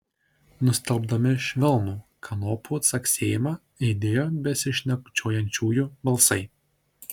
nustelbdami švelnų kanopų caksėjimą aidėjo besišnekučiuojančiųjų balsai